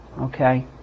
okay